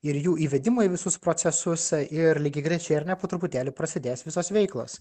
ir jų įvedimui į visus procesus ir lygiagrečiai ar ne po truputėlį prasidės visos veiklos